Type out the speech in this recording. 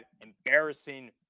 embarrassing